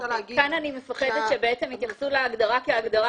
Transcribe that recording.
כאן אני מפחדת שיתייחסו להגדרה כהגדרה